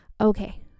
Okay